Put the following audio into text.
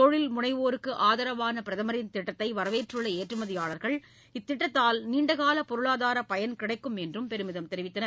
தொழில் முனைவோருக்கு ஆதரவான பிரதமரின் திட்டத்தை வரவேற்றுள்ள ஏற்றுமதியாளர்கள் இத்திட்டத்தால் நீண்டகால பொருளாதாரப் பயன் கிடைக்கும் என்று அவர் பெருமிதம் தெரிவித்துள்ளனர்